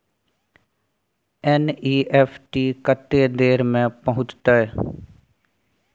NEFT कत्ते देर में पहुंचतै?